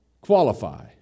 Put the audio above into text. qualify